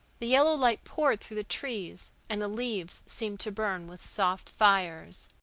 the yellow light poured through the trees and the leaves seemed to burn with soft fires.